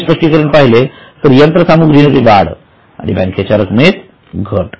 तुम्ही स्पष्टीकरण पाहिले तर यंत्रसामुग्री मध्ये वाढ आणि बँकेच्या रक्कमेत घट